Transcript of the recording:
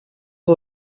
que